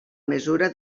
mesura